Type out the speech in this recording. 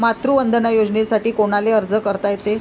मातृवंदना योजनेसाठी कोनाले अर्ज करता येते?